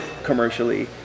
commercially